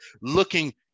looking